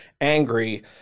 angry